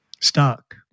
stuck